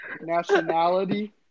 nationality